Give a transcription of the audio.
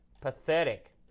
pathetic